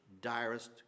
direst